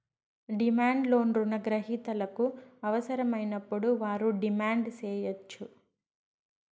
demand loan రుణ గ్రహీతలకు అవసరమైనప్పుడు వారు డిమాండ్ సేయచ్చు